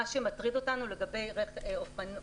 מה שמטריד אותנו לגבי אופנוע,